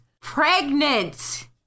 pregnant